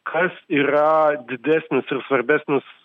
kas yra didesnis ir svarbesnis